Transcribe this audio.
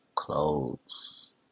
Clothes